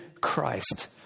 Christ